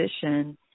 position –